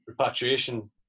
repatriation